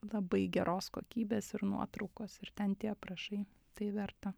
labai geros kokybės ir nuotraukos ir ten tie aprašai tai verta